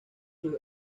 sus